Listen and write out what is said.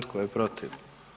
Tko je protiv?